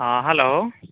ᱦᱮᱸ ᱦᱮᱞᱳ